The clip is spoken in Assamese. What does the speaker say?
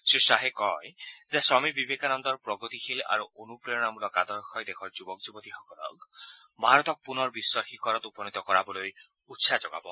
শ্ৰীশাহে কয় যে স্বামী বিবেকানন্দৰ প্ৰগতিশীল আৰু অনুপ্ৰেৰণামূলক আদৰ্শই দেশৰ যুৱক যুৱতীসকলক ভাৰতক পুনৰ বিশ্বৰ শিখৰত উপনীত কৰাবলৈ উৎসাহ যোগাব